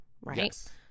right